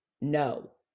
no